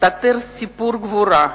הסתתר סיפור גבורה,